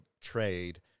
trade